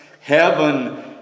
Heaven